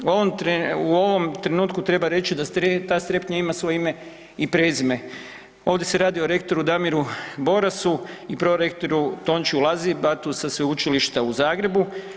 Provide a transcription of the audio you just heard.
U ovom trenutku treba reći da strepnja ima svoje ime i prezime, ovdje se radi o rektoru Damiru Borasu i prorektoru Tončiju Lazibatu sa Sveučilišta u Zagrebu.